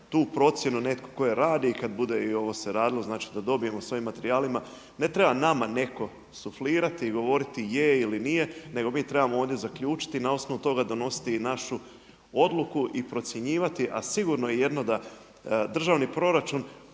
tu procjenu netko tko je radi i kada bude i ovo se radilo znači da dobijemo sa ovim materijalima, ne treba nama netko suflirati i govoriti je ili nije nego mi trebamo ovdje zaključiti i na osnovu toga donositi i našu odluku i procjenjivati. A sigurno je jedno da državni proračun,